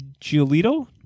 Giolito